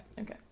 okay